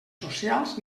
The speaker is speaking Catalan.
socials